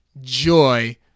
joy